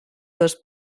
dos